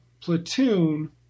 Platoon